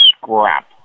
scrap